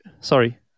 sorry